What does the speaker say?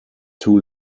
too